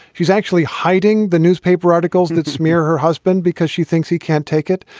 she's actually hiding the newspaper articles that smear her husband because she thinks he can't take it.